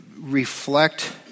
reflect